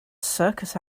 circus